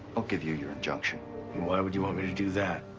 i'll give you your injunction. and why would you want me to do that?